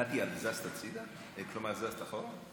קטי, את זזת הצידה, כלומר, את זזת אחורה?